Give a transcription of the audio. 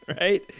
right